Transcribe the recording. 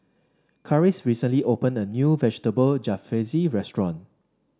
Karis recently opened a new Vegetable Jalfrezi restaurant